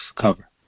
cover